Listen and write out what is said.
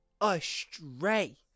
astray